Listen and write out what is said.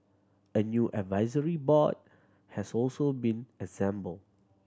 a new advisory board has also been assembled